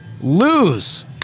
lose